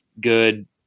good